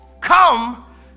come